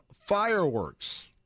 fireworks